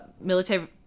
military